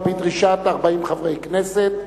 על-פי דרישת 40 חברי כנסת.